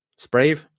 Sprave